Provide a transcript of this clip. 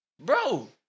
Bro